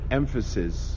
emphasis